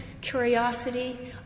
curiosity